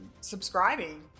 subscribing